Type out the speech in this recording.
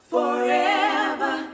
forever